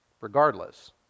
regardless